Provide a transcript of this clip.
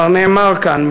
כבר נאמר כאן,